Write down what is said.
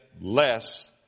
less